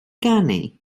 ganu